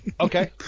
okay